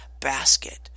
basket